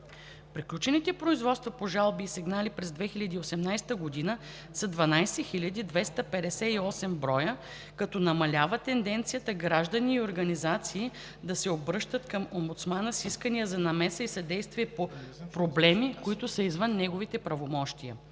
Приключените производства по жалби и сигнали през 2018 г. са 12 258 броя, като намалява тенденцията граждани и организации да се обръщат към омбудсмана с искания за намеса и съдействие по проблеми, които са извън правомощията